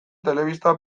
telebista